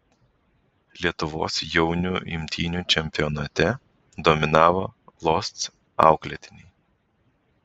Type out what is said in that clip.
lietuvos jaunių imtynių čempionate dominavo losc auklėtiniai